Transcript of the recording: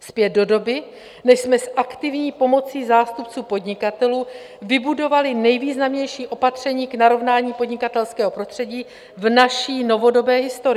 Zpět do doby, než jsme s aktivní pomocí zástupců podnikatelů vybudovali nejvýznamnější opatření k narovnání podnikatelského prostředí v naší novodobé historii.